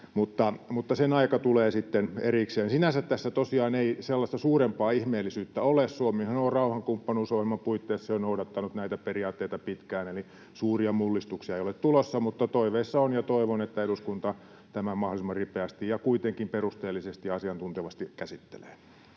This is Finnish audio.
mutta sen aika tulee sitten erikseen. Sinänsä tässä tosiaan ei sellaista suurempaa ihmeellisyyttä ole. Suomihan on rauhankumppanuusohjelman puitteissa jo noudattanut näitä periaatteita pitkään, eli suuria mullistuksia ei ole tulossa, mutta toiveissa on ja toivon, että eduskunta tämän mahdollisimman ripeästi ja kuitenkin perusteellisesti ja asiantuntevasti käsittelee.